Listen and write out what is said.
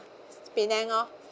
penang oh